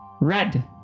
Red